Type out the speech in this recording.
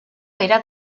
era